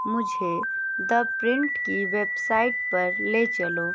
मुझे the Print की website पर ले चलो